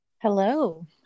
Hello